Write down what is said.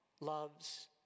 loves